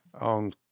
on